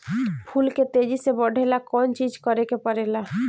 फूल के तेजी से बढ़े ला कौन चिज करे के परेला?